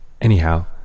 Anyhow